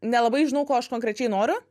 nelabai žinau ko aš konkrečiai noriu